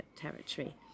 territory